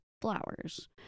Flowers